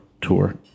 tour